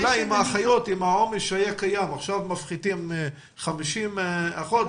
אם מפחיתים עכשיו 50 אחיות,